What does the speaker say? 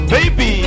Baby